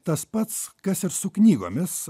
tas pats kas ir su knygomis